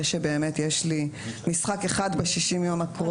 שיש משחק אחד ב-60 הימים הקרובים.